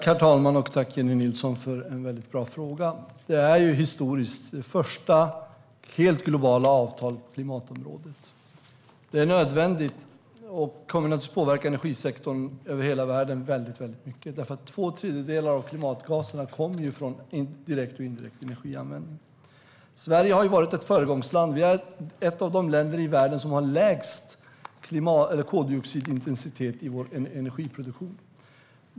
Herr talman! Tack, Jennie Nilsson, för en mycket bra fråga. Det här är det historiskt första helt globala avtalet på klimatområdet. Det är nödvändigt och kommer naturligtvis att påverka energisektorn mycket över hela världen. Två tredjedelar av klimatgaserna kommer från direkt och indirekt energianvändning. Sverige har varit ett föregångsland. Sverige är ett av de länder i världen som har lägst koldioxidintensitet i energiproduktionen.